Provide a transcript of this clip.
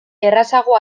errazago